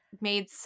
made